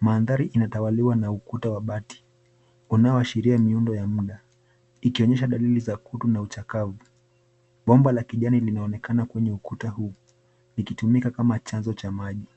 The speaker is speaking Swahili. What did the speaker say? Mandhari inatawaliwa na ukuta wa bati, unaoashiria nyundo ya muda ikionyesha dalili za kutu na uchakavu. Bomba la kijani linaonekana kwenye kuta huu ikitumika kama chanzo cha maji.